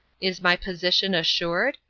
is my position assured,